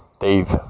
Dave